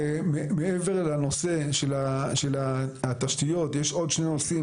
מעבר לנושא של התשתיות יש עוד שני נושאים,